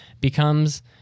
becomes